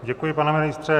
Děkuji, pane ministře.